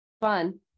fun